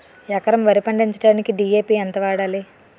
ఎకరం వరి పండించటానికి డి.ఎ.పి ఎంత వాడాలి?